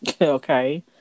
okay